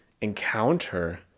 encounter